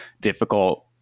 difficult